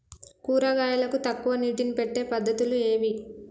కూరగాయలకు తక్కువ నీటిని పెట్టే పద్దతులు ఏవి?